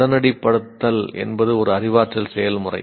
உடனடிப்படுத்தல் என்பது ஒரு அறிவாற்றல் செயல்முறை